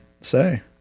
say